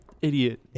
idiot